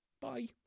bye